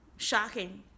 Shocking